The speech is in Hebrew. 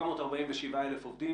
בחל"ת והוא ימשיך לקבל את דמי האבטלה שלו.